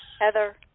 Heather